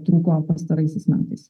trūko pastaraisiais metais